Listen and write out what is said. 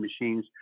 machines